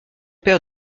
père